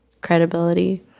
credibility